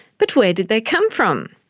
but where did they come from?